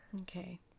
Okay